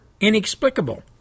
inexplicable